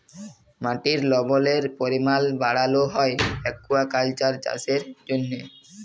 মাটির লবলের পরিমাল বাড়ালো হ্যয় একুয়াকালচার চাষের জ্যনহে